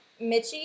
Mitchie